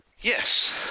Yes